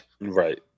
right